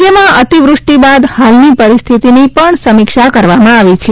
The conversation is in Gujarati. રાજ્ય માં અતિવૃષ્ટિ બાદ હાલ ની પરિસ્થિતિ ની પણ સમીક્ષા કરવામાં આવી છે